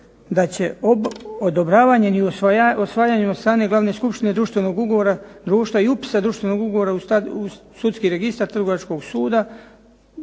da će odobravanjem i usvajanjem od strane Glavne skupštine društvenog ugovora društva i upisa društvenog ugovora u sudski registar Trgovačkog suda